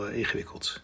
ingewikkeld